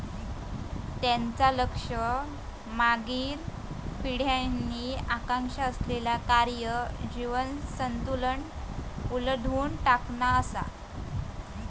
त्यांचा लक्ष मागील पिढ्यांनी आकांक्षा असलेला कार्य जीवन संतुलन उलथून टाकणा असा